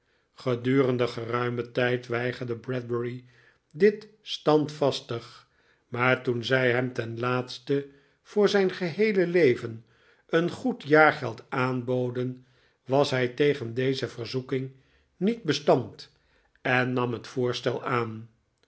gedurende geruimen tijd weigerde bradbury dit standvastig maar toen zij hem ten laatste voor zijn geheele leven een goed jaargeld aanboden was hij tegen deze verzoeking nietbestand en nam het voorstel aan